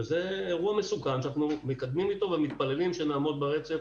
וזה אירוע מסוכן שאנחנו מתקדמים אליו ומתפללים שנעמוד ברצף